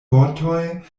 vortoj